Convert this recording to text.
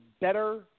better